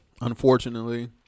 unfortunately